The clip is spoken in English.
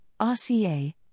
RCA